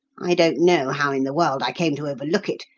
i don't know how in the world i came to overlook it,